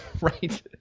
right